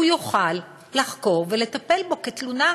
הוא יוכל לחקור ולטפל בו כתלונה.